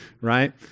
right